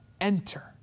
Enter